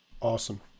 Awesome